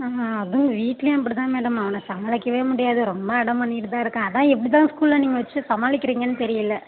ஆ அவன் வீட்டுலேயும் அப்படிதா மேடம் அவனை சமாளிக்கவே முடியாது ரொம்ப அடம் பண்ணிட்டுதா இருக்கான் அதாது எப்படிதா ஸ்கூலில் நீங்கள் வச்சி சமாளிக்கிறீங்கன்னு தெரியல